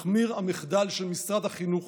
מחמיר המחדל של משרד החינוך